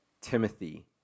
Timothy